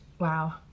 Wow